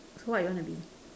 what you want to be